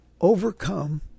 Overcome